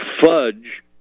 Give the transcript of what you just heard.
fudge